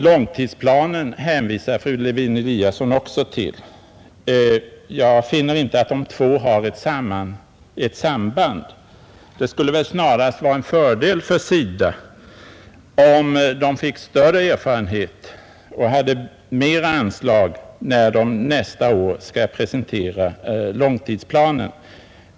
Långtidsplanen hänvisar fru Lewén-Eliasson också till. Jag finner inte att det är något samband. Det skulle väl snarast vara en fördel för SIDA, om man där fick större erfarenhet och hade mera anslag när man nästa år skall presentera långtidsplanen.